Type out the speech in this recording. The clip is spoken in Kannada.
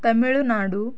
ತಮಿಳ್ನಾಡು